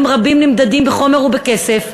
דברים רבים נמדדים בחומר ובכסף,